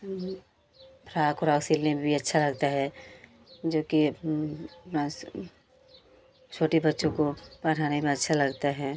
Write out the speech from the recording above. हम भी फ्राक ओराक सिलने में भी अच्छा लगता है जोकि छोटे बच्चों को पहनाने में अच्छा लगते हैं